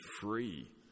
free